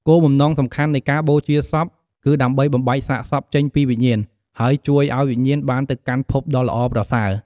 គោលបំណងសំខាន់នៃការបូជាសព គឺដើម្បីបំបែកសាកសពចេញពីវិញ្ញាណ ហើយជួយឱ្យវិញ្ញាណបានទៅកាន់ភពដ៏ល្អប្រសើរ។